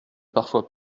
parfois